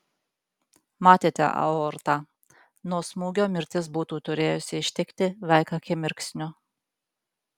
matėte aortą nuo smūgio mirtis būtų turėjusi ištikti veik akimirksniu